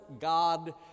God